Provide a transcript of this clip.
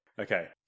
Okay